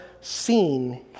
seen